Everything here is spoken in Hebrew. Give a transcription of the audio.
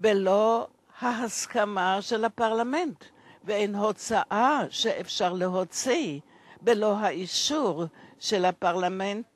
ללא ההסכמה של הפרלמנט ואין הוצאה שאפשר להוציא ללא האישור של הפרלמנט